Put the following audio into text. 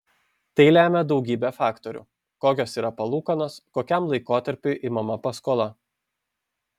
tai lemia daugybė faktorių kokios yra palūkanos kokiam laikotarpiui imama paskola